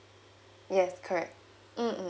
yes correct mm mm